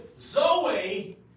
Zoe